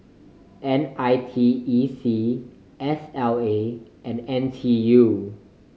N I T E C S L A and N T U